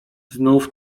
znów